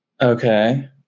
Okay